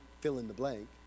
fill-in-the-blank